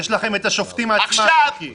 יש לכם את השופטים עצמם, מיקי.